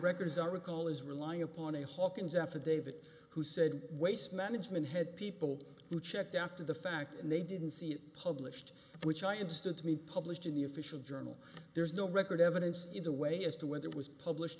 records i recall is relying upon a hawkins affidavit who said waste management had people who checked after the fact and they didn't see it published which i understood to be published in the official journal there's no record evidence either way as to whether it was published